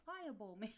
pliable